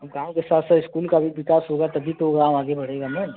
अब गाँव के साथ साथ इस्कूल का भी विकास होगा तभी तो गाँव आगे बढ़ेगा ना